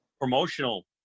promotional